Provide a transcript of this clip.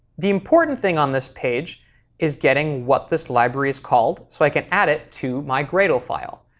the important thing on this page is getting what this library is called so i can add it to my gradle file.